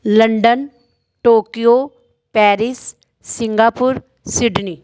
London Tokyo Paris Singapore Sydney